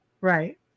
Right